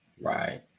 Right